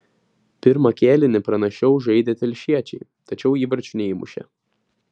pirmą kėlinį pranašiau žaidė telšiečiai tačiau įvarčių neįmušė